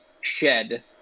shed